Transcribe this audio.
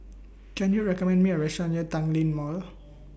Can YOU recommend Me A Restaurant near Tanglin Mall